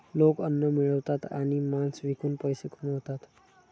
लोक अन्न मिळवतात आणि मांस विकून पैसे कमवतात